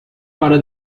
para